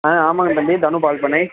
ஆ ஆமாங்க தம்பி தனு பால் பண்ணை